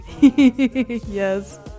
Yes